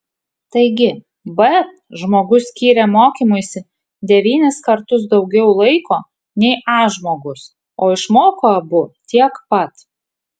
taigi b žmogus skyrė mokymuisi devynis kartus daugiau laiko nei a žmogus o išmoko abu tiek pat